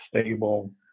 stable